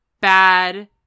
bad